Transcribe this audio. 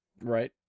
Right